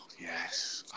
Yes